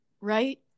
Right